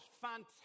Fantastic